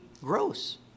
gross